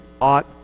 ought